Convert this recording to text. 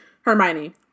Hermione